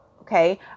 Okay